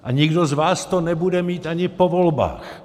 A nikdo z vás to nebude mít ani po volbách!